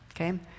okay